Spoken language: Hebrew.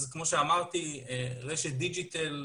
אז כמו שאמרתי רשת דיגיטל,